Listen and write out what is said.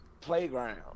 playground